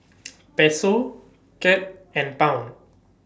Peso Cad and Pound